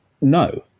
no